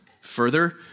Further